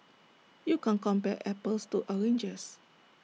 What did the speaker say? you can't compare apples to oranges